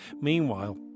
Meanwhile